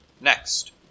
Next